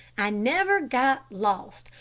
i never got lost,